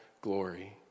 glory